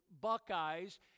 Buckeyes